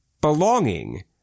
Belonging